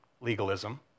legalism